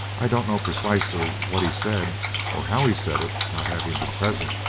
i don't know precisely what he said or how he said it, not having been present,